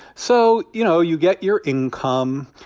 so, you know, you get your income.